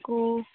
আকৌ